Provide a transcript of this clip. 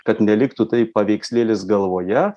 kad neliktų tai paveikslėlis galvoje